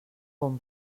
bon